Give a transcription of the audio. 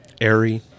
airy